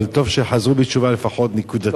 אבל טוב שחזרו בתשובה, לפחות, נקודתית.